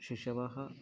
शिशवः